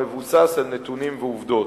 המבוסס על נתונים ועובדות.